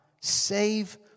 save